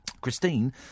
Christine